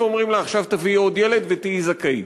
ואומרים לה: עכשיו תביאי עוד ילד ותהי זכאית.